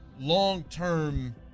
long-term